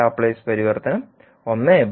യുടെ ലാപ്ലേസ് പരിവർത്തനം 1s1